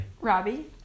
Robbie